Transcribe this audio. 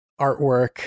artwork